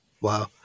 Wow